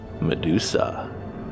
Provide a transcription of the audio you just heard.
Medusa